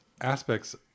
aspects